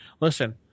listen